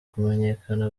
kumenyekana